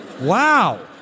wow